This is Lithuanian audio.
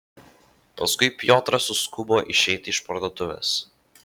paskui piotras suskubo išeiti iš parduotuvės